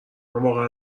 واقعا